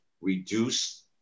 reduce